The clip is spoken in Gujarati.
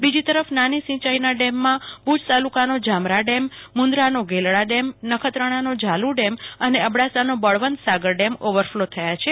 બીજી તરફ નાની સિંચાઇના ડેમમાં ભુજ તાલુકાનો જામરા ડેમ મુન્દ્રાનો ગેલડા ડેમ નખત્રાણાનો ઝાલુ ડેમ અને અબડાસાનો બળવંત સાગર ડેમ ઓવરફલો થયા છે